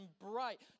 bright